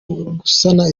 gusana